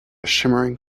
shimmering